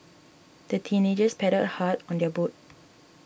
the teenagers paddled hard on their boat